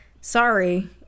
sorry